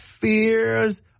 fears